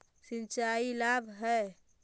सिंचाई का लाभ है?